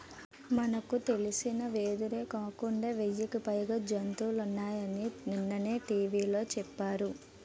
మనకు తెలిసిన వెదురే కాకుండా వెయ్యికి పైగా జాతులున్నాయని నిన్ననే టీ.వి లో చెప్పారు